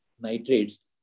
nitrates